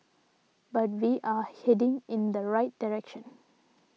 but we are heading in the right direction